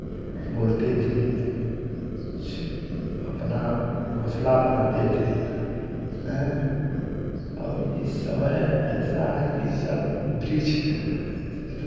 बोलते थे अपना घोंसला बनाते थे हैं अब इस समय ऐसा है कि सब वृक्ष